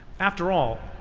after all,